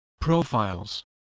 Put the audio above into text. profiles